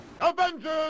Avengers